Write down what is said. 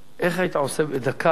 איך היית עושה בדקה,